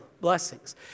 blessings